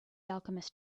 alchemist